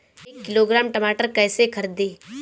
एक किलोग्राम टमाटर कैसे खरदी?